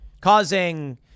causing